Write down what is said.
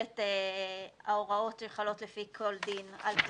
בנוסח הקיים ההוראות לעניין הארכת